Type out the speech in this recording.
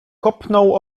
kopnął